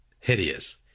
Hideous